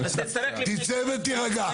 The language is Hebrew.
אז תצטרך --- תצא ותירגע.